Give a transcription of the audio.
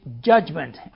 judgment